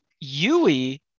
Yui